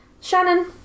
Shannon